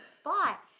spot